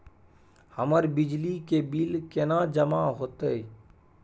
हमर बिजली के बिल केना जमा होते?